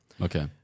Okay